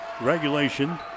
regulation